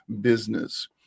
business